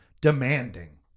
Demanding